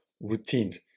routines